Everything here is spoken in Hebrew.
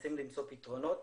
ומנסים למצוא פתרונות.